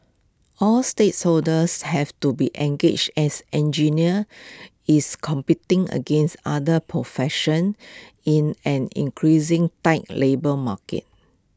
all stakeholders have to be engaged as engineer is competing against other professions in an increasing tight labour market